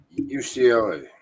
UCLA